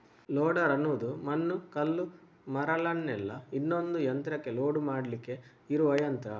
loader ಅನ್ನುದು ಮಣ್ಣು, ಕಲ್ಲು, ಮರಳನ್ನೆಲ್ಲ ಇನ್ನೊಂದು ಯಂತ್ರಕ್ಕೆ ಲೋಡ್ ಮಾಡ್ಲಿಕ್ಕೆ ಇರುವ ಯಂತ್ರ